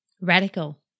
Radical